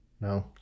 No